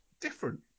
different